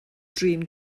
drin